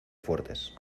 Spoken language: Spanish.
fuertes